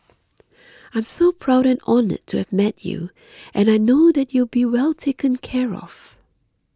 I'm so proud and honoured to have met you and I know that you'll be well taken care of